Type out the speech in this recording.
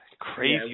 Crazy